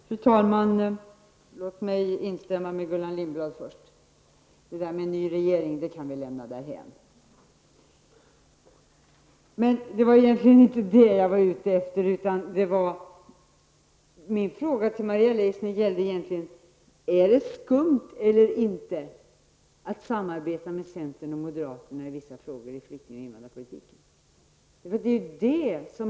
Fru talman! Jag vill instämma i det som Gullan Lindblad sade. Det där med ny regering kan vi lämna därhän. Min fråga till Maria Leissner löd: Är det skumt eller inte att samarbeta med centern och moderaterna i vissa frågor när det gäller flykting och invandrarpolitiken?